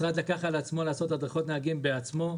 משרד התחבורה לקח על עצמו לעשות הדרכות נהגים בעצמו,